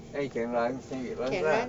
then it can runs let it runs lah